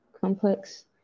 complex